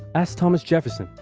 ask thomas jefferson!